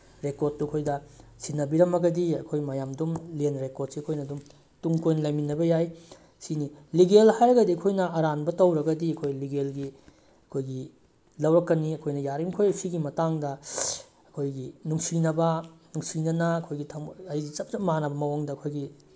ꯔꯦꯀꯣꯔꯠꯇꯨ ꯑꯩꯈꯣꯏꯗ ꯁꯤꯟꯅꯕꯤꯔꯝꯃꯒꯗꯤ ꯑꯩꯈꯣꯏ ꯃꯌꯥꯝ ꯑꯗꯨꯝ ꯂꯦꯟ ꯔꯦꯀꯣꯔꯠꯁꯤ ꯑꯩꯈꯣꯏꯅ ꯑꯗꯨꯝ ꯇꯨꯡ ꯀꯣꯏꯅ ꯂꯩꯃꯤꯟꯅꯕ ꯌꯥꯏ ꯁꯤꯅꯤ ꯂꯤꯒꯦꯜ ꯍꯥꯏꯔꯒꯗꯤ ꯑꯩꯈꯣꯏꯅ ꯑꯔꯥꯟꯕ ꯇꯧꯔꯒꯗꯤ ꯑꯩꯈꯣꯏ ꯂꯤꯒꯦꯜꯒꯤ ꯑꯩꯈꯣꯏꯒꯤ ꯂꯧꯔꯛꯀꯅꯤ ꯑꯩꯈꯣꯏꯅ ꯌꯥꯔꯤꯈꯣꯏ ꯁꯤꯒꯤ ꯃꯇꯥꯡꯗ ꯑꯩꯈꯣꯏꯒꯤ ꯅꯨꯡꯁꯤꯅꯕ ꯅꯨꯡꯁꯤꯅꯅ ꯑꯩꯈꯣꯏꯒꯤ ꯍꯥꯏꯗꯤ ꯆꯞ ꯆꯞ ꯃꯥꯟꯅꯕ ꯃꯑꯣꯡꯗ ꯑꯩꯈꯣꯏꯒꯤ